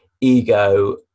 ego